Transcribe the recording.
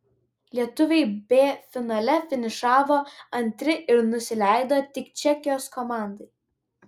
lietuviai b finale finišavo antri ir nusileido tik čekijos komandai